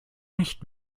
nicht